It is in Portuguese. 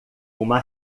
uma